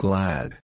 Glad